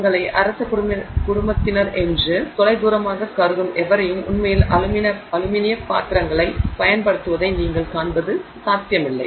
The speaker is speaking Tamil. தங்களை அரச குடும்பத்தினர் என்று தொலைதூரமாகக் கருதும் எவரையும் உண்மையில் அலுமினிய பாத்திரங்களைப் பயன்படுத்துவதை நீங்கள் காண்பது மிகவும் சாத்தியமில்லை